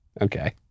Okay